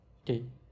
okay